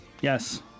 Yes